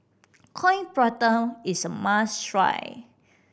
Coin Prata is a must try